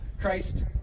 Christ